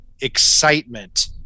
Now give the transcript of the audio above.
excitement